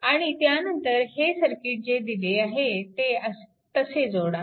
आणि त्यानंतर हे सर्किट जे दिले आहे ते तसे जोडा